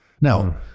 Now